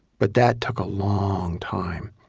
but that took a long time,